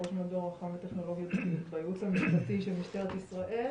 ראש מדור אח"מ וטכנולוגיות בייעוץ המשפטי של משטרת ישראל,